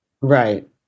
Right